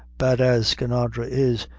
bad as skinadre is,